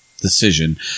decision